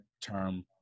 term